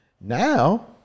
Now